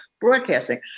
broadcasting